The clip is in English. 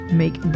make